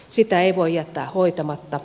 sitä ei voi jättää hoitamatta